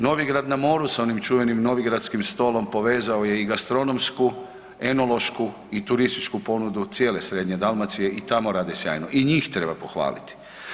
Novigrad na Moru s onim čuvenim Novigradskom stolom povezao je i gastronomsku i enološku i turističku ponudu cijele Srednje Dalmacije i tamo rade sjajno i njih treba pohvaliti.